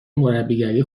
مربیگری